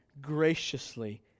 graciously